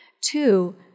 two